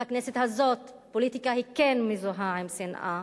בכנסת הזאת פוליטיקה כן מזוהה עם שנאה.